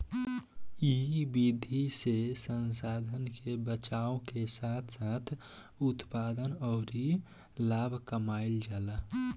इ विधि से संसाधन के बचावला के साथ साथ उत्पादन अउरी लाभ कमाईल जाला